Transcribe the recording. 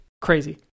crazy